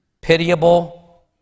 pitiable